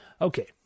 Okay